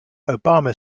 obama